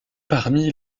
parmi